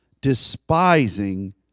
despising